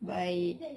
baik